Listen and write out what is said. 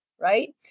right